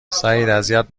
سعیداذیت